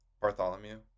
Bartholomew